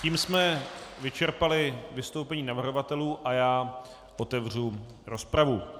Tím jsme vyčerpali vystoupení navrhovatelů a já otevřu rozpravu.